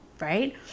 right